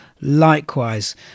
likewise